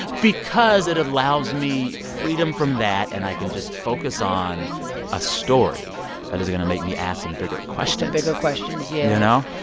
because it allows me freedom from that. and i can just focus on a story that is going to make me ask some bigger questions bigger questions, yeah you know?